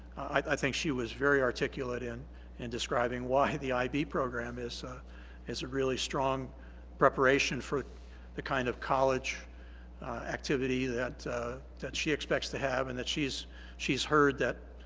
i think she was very articulate in and describing why the ib program is ah is a really strong preparation for the kind of college activity that that she expects to have and that she's she's heard that